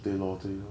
they know the